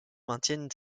maintiennent